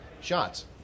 shots